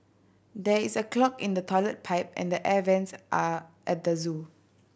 there is a clog in the toilet pipe and the air vents are at the zoo